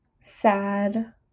sad